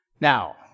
now